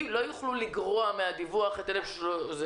לא יוכלו לגרוע מהדיווח את אלה שלא דיווחו.